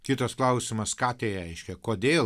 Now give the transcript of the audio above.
kitas klausimas ką tai reiškia kodėl